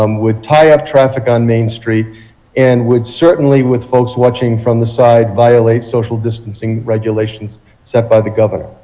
um would tie up traffic on main street and would certainly with folks watching from the side violate social distancing guidelines set by the governor.